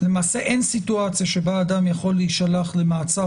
למעשה אין סיטואציה שבה אדם יכול להישלח למעצר